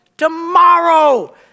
Tomorrow